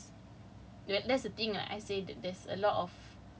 if you submit you get accepted you can still reject apa and you and you won't